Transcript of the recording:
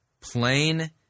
Plain